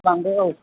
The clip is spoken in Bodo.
लांदो औ